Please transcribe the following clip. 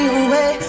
away